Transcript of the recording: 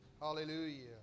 Hallelujah